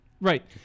Right